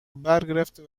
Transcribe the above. برگرفته